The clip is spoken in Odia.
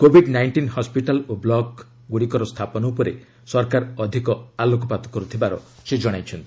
କୋଭିଡ୍ ନାଇଣ୍ଟିନ୍ ହସ୍ୱିଟାଲ୍ ଓ ବ୍ଲକ୍ଗୁଡ଼ିକର ସ୍ଥାପନ ଉପରେ ସରକାର ଅଧିକ ଆଲେଶକପାତ କରୁଥିବାର ସେ ଜଣାଇଛନ୍ତି